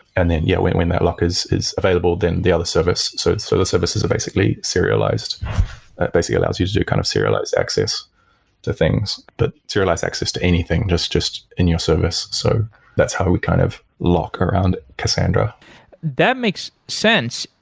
and then, yeah, when when that lock is is available, then the other service so so the services are basically serialized. it basically allows you to do kind of serialized access to things, but serialized access to anything just just in your service. so that's how we kind of lock around cassandra that makes sense,